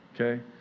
okay